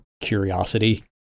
curiosity